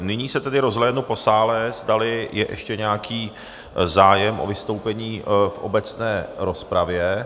Nyní se tedy rozhlédnu po sále, zdali je ještě nějaký zájem o vystoupení v obecné rozpravě.